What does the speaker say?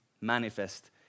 manifest